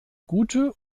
gute